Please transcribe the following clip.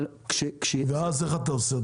אבל כש --- ואז איך אתה עושה?